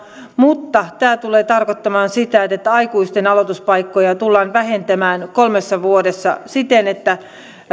mutta tämä tulee tarkoittamaan sitä että aikuisten aloituspaikkoja tullaan vähentämään kolmessa vuodessa siten että noin